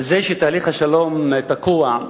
זה שתהליך השלום תקוע,